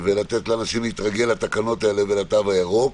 ולתת לאנשים להתרגל לתקנות האלה ולתו הירוק.